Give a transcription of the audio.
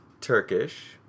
Turkish